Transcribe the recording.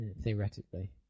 Theoretically